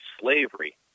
slavery